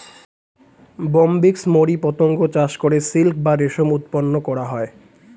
Bombyx mori পতঙ্গ চাষ করে সিল্ক বা রেশম উৎপন্ন করা হয়